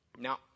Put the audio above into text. Now